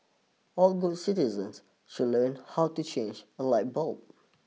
all good citizens should learn how to change a light bulb